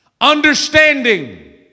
Understanding